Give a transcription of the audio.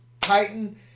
Titan